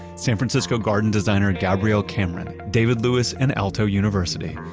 san francisco garden designer gabriel cameron, david lewis, and aalto university.